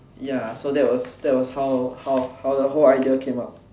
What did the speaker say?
ya so that was that was how how the whole ideas came up